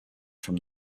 from